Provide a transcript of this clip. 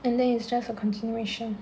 and then is just a continuation